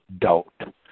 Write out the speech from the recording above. doubt